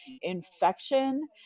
infection